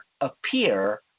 appear